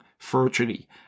virtually